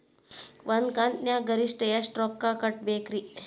ಒಂದ್ ಕಂತಿನ್ಯಾಗ ಗರಿಷ್ಠ ಎಷ್ಟ ರೊಕ್ಕ ಕಟ್ಟಬೇಕ್ರಿ?